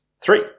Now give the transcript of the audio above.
three